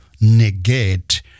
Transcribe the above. negate